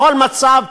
בכל מצב,